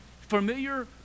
familiar